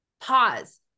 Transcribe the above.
pause